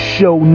Show